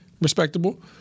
Respectable